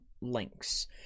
links